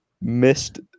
Missed